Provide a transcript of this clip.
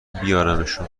بیارمشون